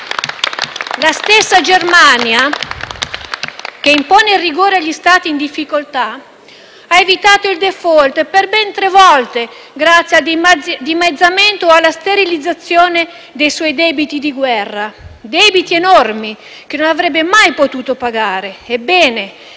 La stessa Germania, che impone il rigore agli Stati in difficoltà, ha evitato il *default* per ben tre volte grazie al dimezzamento e alla sterilizzazione dei suoi enormi debiti di guerra, che non avrebbe mai potuto pagare: